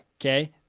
Okay